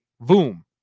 boom